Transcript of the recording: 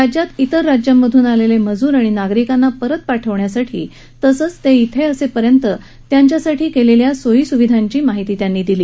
राज्यात इतर राज्यांमधून आलेले मजूर आणि नागरिकांना परत पाठवण्यासाठी तसंच ते इथे असेपर्यंत त्यांच्यासाठी केलेल्या सोयी स्विधांची माहिती त्यांनी दिली